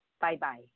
Bye-bye